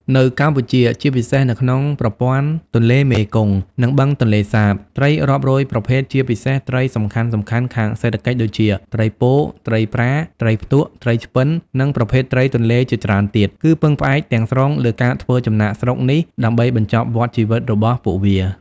នៅកម្ពុជា ជាពិសេសនៅក្នុងប្រព័ន្ធទន្លេមេគង្គ និងបឹងទន្លេសាប ត្រីរាប់រយប្រភេទ ជាពិសេសត្រីសំខាន់ៗខាងសេដ្ឋកិច្ចដូចជា ត្រីពោ ត្រីប្រា ត្រីផ្ទក់ ត្រីឆ្ពិន និងប្រភេទត្រីទន្លេជាច្រើនទៀត គឺពឹងផ្អែកទាំងស្រុងលើការធ្វើចំណាកស្រុកនេះដើម្បីបញ្ចប់វដ្តជីវិតរបស់ពួកវា។